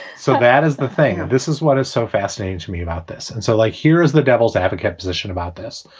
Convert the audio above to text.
so that is the thing. this is what is so fascinating to me about this. and so like here is the devil's advocate position about this.